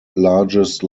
largest